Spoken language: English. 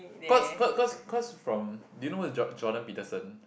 cause cause cause cause from do you know who is Jor~ Jordan-Peterson